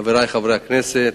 חברי חברי הכנסת,